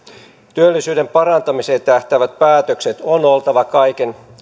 työllisyyden parantamiseen tähtäävien päätösten on oltava kaiken